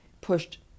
pushed